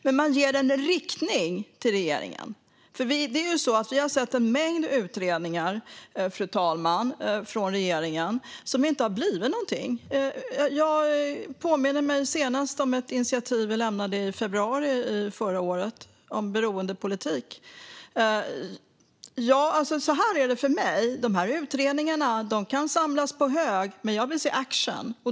Men vi ger en riktning till regeringen, fru talman, för vi har sett en mängd utredningar från regeringen som det inte har blivit något av. Jag påminner mig närmast ett initiativ om beroendepolitik som vi lämnade i februari förra året. Så här är det för mig: De här utredningarna kan samlas på hög, men jag vill se action.